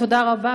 תודה רבה,